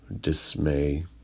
dismay